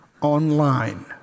online